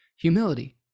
Humility